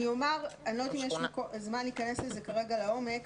אני לא יודעת אם יש זמן להיכנס לזה כרגע לעומק,